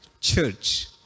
church